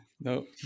no